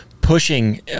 pushing